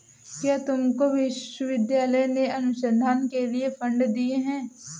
क्या तुमको विश्वविद्यालय ने अनुसंधान के लिए फंड दिए हैं?